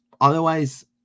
otherwise